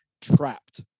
trapped